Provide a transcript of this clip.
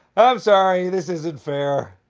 i'm sorry. this isn't fair.